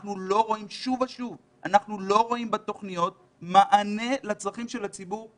אנחנו לא רואים שוב ושוב בתוכניות מענה לצרכים של הציבור.